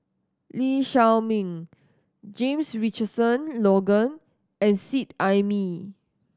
Lee Shao Meng James Richardson Logan and Seet Ai Mee